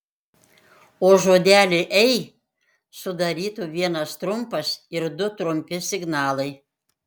o žodelį ei sudarytų vienas trumpas ir du trumpi signalai